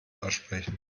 aussprechen